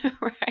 right